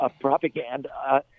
propaganda